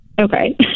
Okay